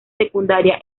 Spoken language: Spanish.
secundaria